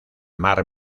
mar